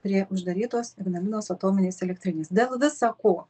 prie uždarytos ignalinos atominės elektrinės dėl visa ko